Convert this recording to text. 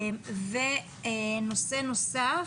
ונושא נוסף,